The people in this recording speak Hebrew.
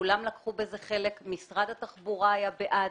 כולם לקחו בזה חלק, משרד התחבורה היה בעד.